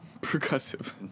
Percussive